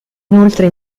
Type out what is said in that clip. inoltre